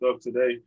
today